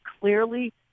clearly